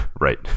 Right